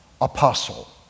apostle